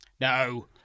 No